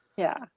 yeah.